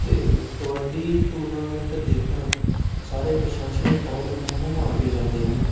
ਅਤੇ ਕਬੱਡੀ ਟੂਰਨਾਮੈਂਟ ਦੇਖਣ ਸਾਰੇ ਪ੍ਰਸ਼ੰਸਕ ਬਹੁਤ ਹੁੰਮ ਹੁੰਮਾ ਕੇ ਜਾਂਦੇ ਹਨ